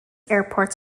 airports